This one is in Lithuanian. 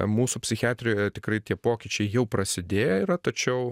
mūsų psichiatrijoje tikrai tie pokyčiai jau prasidėję yra tačiau